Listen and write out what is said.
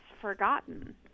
forgotten